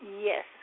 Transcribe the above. Yes